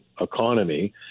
economy